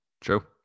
True